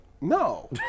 No